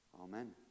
Amen